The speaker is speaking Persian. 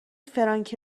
فرانکی